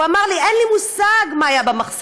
הוא אמר לי: אין לי מושג מה היה במחסן,